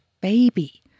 baby